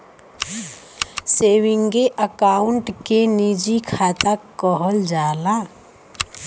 सेवींगे account के निजी खाता कहल जाला